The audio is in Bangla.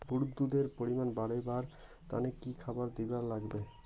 গরুর দুধ এর পরিমাণ বারেবার তানে কি খাবার দিবার লাগবে?